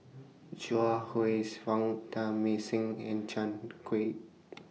Chuang Fang Teng Mah Seng and Chan Kiew